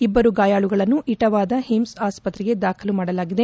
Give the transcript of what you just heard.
ಇಬ್ಲರು ಗಾಯಾಳುಗಳನ್ನು ಇಟಾವಾದ ಏಮ್ನ್ ಆಸ್ಪತ್ರೆಗೆ ದಾಖಲು ಮಾಡಲಾಗಿದೆ